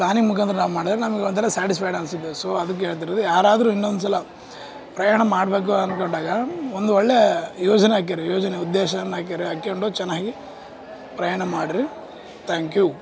planning ಮುಖಾಂತ್ರ ನಾವು ಮಾಡಿದ್ರೆ ನಮಗೆ ಒಂಥರ ಸ್ಯಾಟಿಸ್ಫೈಡ್ ಅನಿಸಿದ್ದು ಸೊ ಅದಕ್ಕೆ ಹೇಳ್ತಿರೋದು ಯಾರಾದರು ಇನ್ನೊಂದುಸಲ ಪ್ರಯಾಣ ಮಾಡಬೇಕು ಅಂದುಕೊಂಡಾಗ ಒಂದೊಳ್ಳೇ ಯೋಜನೆ ಹಾಕೊಳ್ರಿ ಯೋಜನೆ ಉದ್ದೇಶವನ್ನು ಹಾಕೊಳ್ರಿ ಹಾಕೊಂಡು ಚೆನ್ನಾಗಿ ಪ್ರಯಾಣ ಮಾಡ್ರಿ ತ್ಯಾಂಕ್ ಯು